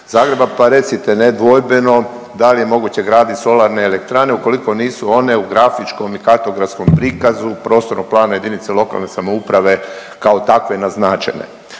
Zagreba, pa recite nedvojbeno da li je moguće graditi solarne elektrane ukoliko nisu one u grafičkom i kartografskom prikazu prostornog plana jedinica lokalne samouprave kao takve naznačene?